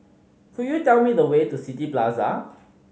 could you tell me the way to City Plaza